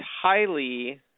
highly